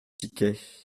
tickets